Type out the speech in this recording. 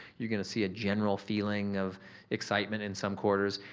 you're gonna see a general feeling of excitement in some quarters.